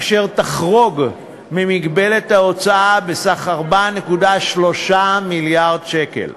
אשר תחרוג ממגבלת ההוצאה בסך 4.3 מיליארד שקל,